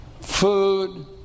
food